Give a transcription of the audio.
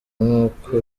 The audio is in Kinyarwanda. nk’uko